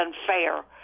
unfair